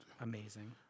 Amazing